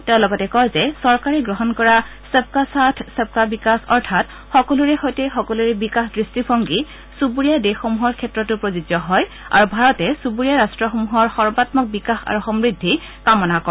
তেওঁ লগতে কয় যে চৰকাৰে গ্ৰহণ কৰা সবকা সাথ সবকা বিকাশ অৰ্থাৎ সকলোৰে সৈতে সকলোৰে বিকাশ দৃষ্টিভংগী চুব্ৰীয়া দেশসমূহৰ ক্ষেত্ৰতো প্ৰযোজ্য হয় আৰু ভাৰতে চুবুৰীয়া ৰট্টসমূহৰ সৰ্বাঘক বিকাশ আৰু সমূদ্ধি কামনা কৰে